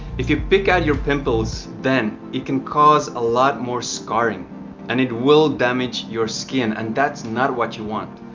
if you pick at your pimples then it can cause a lot more scarring and it will damage your skin and that's not what you want.